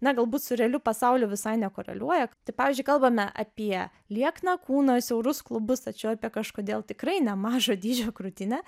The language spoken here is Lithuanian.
na galbūt su realiu pasauliu visai nekoreliuoja tai pavyzdžiui kalbame apie liekną kūną siaurus klubus tačiau apie kažkodėl tikrai nemažo dydžio krūtinę